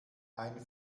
ein